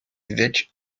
évêque